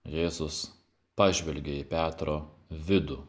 jėzus pažvelgė į petro vidų